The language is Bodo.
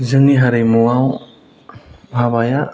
जोंनि हारिमुवाव हाबाया